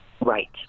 right